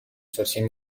совсем